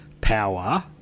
power